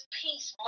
peace